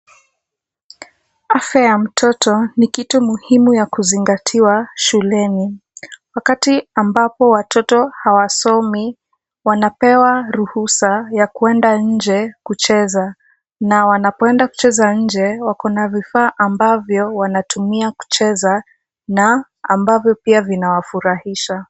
Afya ya mtoto ni kitu muhimu ya kuzingatiwa shuleni. Wakati ambapo watoto hawasomi wanapewa ruhusa ya kwenda nje kucheza na wanapo enda kucheza nje wakona vifaa ambavyo wanatumia kucheza na ambavyo pia vinawafurahisha.